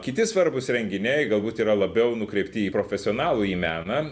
kiti svarbūs renginiai galbūt yra labiau nukreipti į profesionalųjį meną